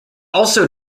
also